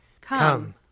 Come